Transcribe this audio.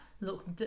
look